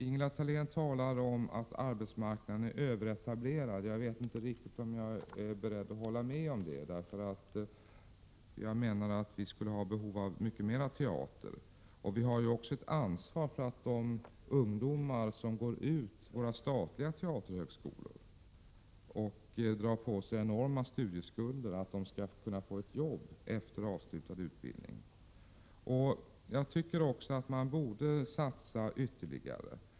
Ingela Thalén talar om att arbetsmarknaden är överetablerad. Jag vet inte riktigt om jag är beredd att hålla med om detta, för jag menar att vi har behov av mycket mera teater. Vi har också ansvar för att de ungdomar som går igenom våra statliga teaterhögskolor och drar på sig enorma studieskulder även skall kunna få ett jobb efter avslutad utbildning. Vi borde satsa ytterligare.